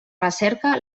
recerca